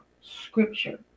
scripture